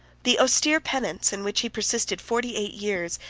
the austere penance, in which he persisted forty-eight years,